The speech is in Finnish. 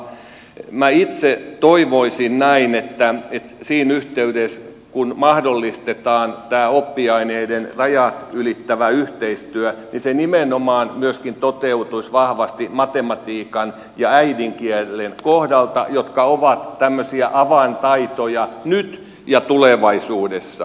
minä itse toivoisin näin että siinä yhteydessä kun mahdollistetaan tämä oppiaineiden rajat ylittävä yhteistyö se nimenomaan myöskin toteutuisi vahvasti matematiikan ja äidinkielen kohdalta jotka ovat avaintaitoja nyt ja tulevaisuudessa